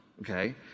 okay